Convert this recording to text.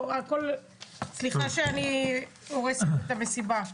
סליחה שאני הורסת לכם את המסיבה.